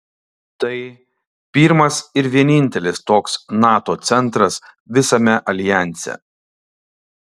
tai pirmas ir vienintelis toks nato centras visame aljanse